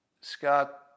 Scott